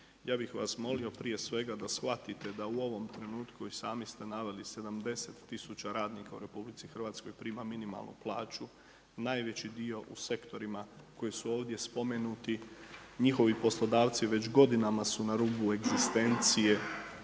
ja bih vas molio prije svega da shvatite da u ovom trenutku i sami ste naveli 70000 radnika u RH prima minimalnu plaću. Najveći dio u sektorima koji su ovdje spomenuti. Njihovi poslodavci već godinama su na rubu egzistencije